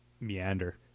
meander